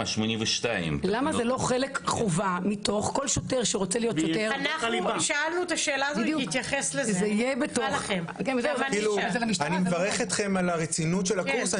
82. אני מברך אתכם על הרצינות של הקורס.